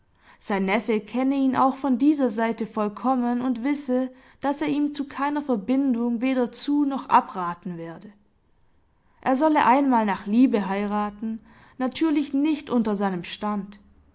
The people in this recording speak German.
sein neffe kenne ihn auch von dieser seite vollkommen und wisse daß er ihm zu keiner verbindung weder zu noch abraten werde er solle einmal nach liebe heiraten natürlich nicht unter seinem stand